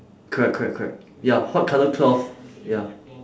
correct correct correct ya white colour cloth ya